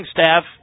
staff